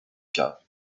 caves